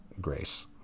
grace